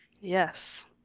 Yes